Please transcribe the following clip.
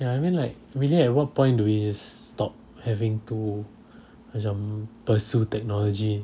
ya I mean like really at what point do we stop having to macam pursue technology